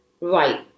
right